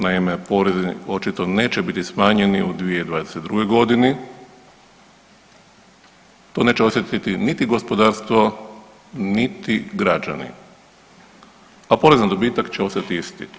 Naime, porezi očito neće biti smanjeni u 2022.g., to neće osjetiti niti gospodarstvo, niti građani, a porez na dobitak će ostati isti.